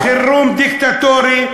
סאם עארג' אתה נותן לו במה להלל מחבלים,